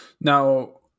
now